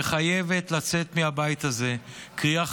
וחייבת לצאת מהבית הזה קריאה